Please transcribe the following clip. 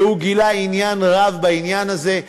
שגילה עניין רב בעניין הזה,